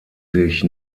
sich